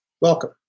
Welcome